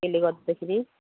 त्यसले गर्दाखेरि